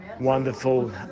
Wonderful